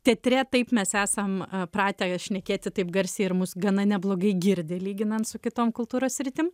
teatre taip mes esam pratę šnekėti taip garsiai ir mus gana neblogai girdi lyginant su kitom kultūros sritim